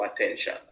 attention